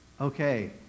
Okay